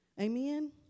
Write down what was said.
Amen